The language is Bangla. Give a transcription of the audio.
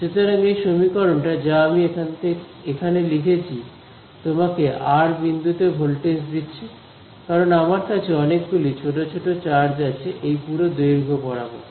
সুতরাং এই সমীকরণটা যা আমি এখানে লিখেছি তোমাকে আর বিন্দুতে ভোল্টেজ দিচ্ছে কারণ আমার কাছে অনেকগুলো ছোট ছোট চার্জ আছে এই পুরো দৈর্ঘ্য বরাবর